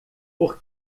por